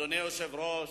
אדוני היושב-ראש,